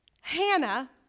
Hannah